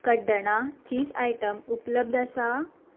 कड्डणा चीज आयटम उपलब्ध आसा